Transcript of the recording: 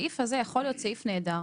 הסעיף הזה יכול להיות סעיף נהדר.